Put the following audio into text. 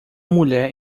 mulher